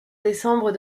décembre